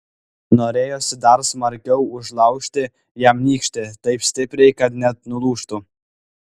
norėjosi dar smarkiau užlaužti jam nykštį taip stipriai kad net nulūžtų